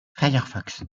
firefox